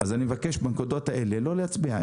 אני מבקש בנקודות האלה לא להצביע.